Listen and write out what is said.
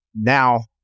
Now